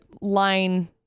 line